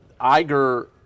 Iger